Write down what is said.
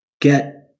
Get